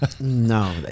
No